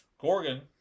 Gorgon